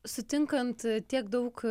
sutinkant tiek daug